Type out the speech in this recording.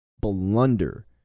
blunder